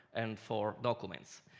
and for documents.